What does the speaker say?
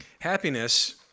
Happiness